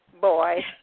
boy